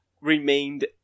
remained